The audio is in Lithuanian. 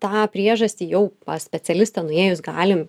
tą priežastį jau pas specialistą nuėjus galim